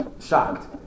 shocked